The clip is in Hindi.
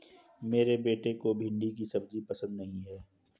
मेरे बेटे को भिंडी की सब्जी पसंद नहीं है